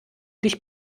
dich